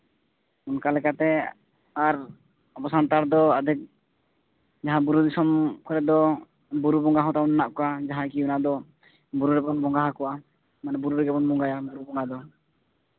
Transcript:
ᱚᱱᱠᱟ ᱞᱮᱠᱟᱛᱮ ᱟᱨ ᱟᱵᱚ ᱥᱟᱱᱛᱟᱲ ᱫᱚ ᱟᱹᱰᱤ ᱡᱟᱦᱟᱸ ᱵᱩᱨᱩ ᱫᱤᱥᱚᱢ ᱠᱚᱨᱮ ᱫᱚ ᱵᱩᱨᱩ ᱵᱚᱸᱜᱟ ᱦᱚᱸ ᱛᱟᱵᱚᱱ ᱢᱮᱱᱟᱜ ᱠᱚᱣᱟ ᱡᱟᱦᱟᱸᱭ ᱜᱮ ᱚᱱᱟ ᱫᱚ ᱵᱩᱨᱩ ᱨᱮᱵᱚᱱ ᱵᱚᱸᱜᱟ ᱟᱠᱚᱣᱟ ᱢᱟᱱᱮ ᱵᱩᱨᱩ ᱨᱮᱜᱮ ᱵᱚᱱ ᱵᱚᱸᱜᱟᱭᱟ ᱚᱱᱟᱫᱚ